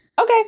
Okay